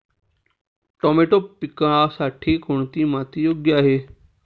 Tomato पिकासाठी कोणती माती योग्य आहे?